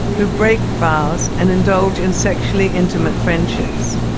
who break vows and indulge in sexually intimate friendships.